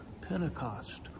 Pentecost